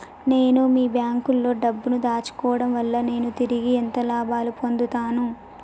నేను మీ బ్యాంకులో డబ్బు ను దాచుకోవటం వల్ల నేను తిరిగి ఎంత లాభాలు పొందుతాను?